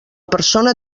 persona